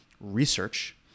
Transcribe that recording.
research